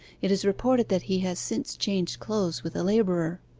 it is reported that he has since changed clothes with a labourer